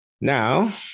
Now